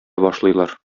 башлыйлар